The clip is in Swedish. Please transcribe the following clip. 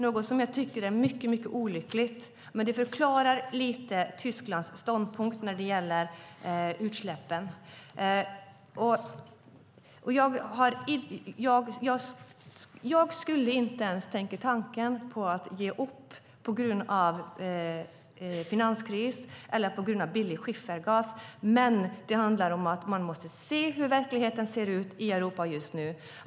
Detta är mycket olyckligt, men det förklarar en del av Tysklands ståndpunkt när det gäller utsläppen. Jag skulle inte ens tänka tanken att ge upp på grund av finanskris eller billig skiffergas. Men det handlar om att man måste se hur verkligheten ser ut i Europa just nu.